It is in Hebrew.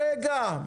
רגע.